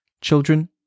Children